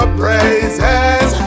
praises